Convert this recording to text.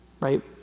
Right